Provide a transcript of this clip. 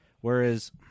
whereas